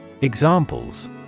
Examples